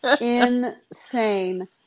insane